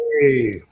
Hey